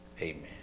Amen